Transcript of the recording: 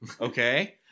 okay